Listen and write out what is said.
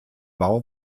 bau